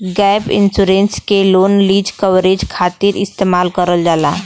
gap insurance के loan lease coverage खातिर इस्तेमाल करल जाला